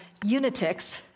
unitics